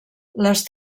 les